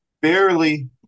barely